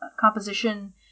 composition